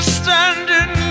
standing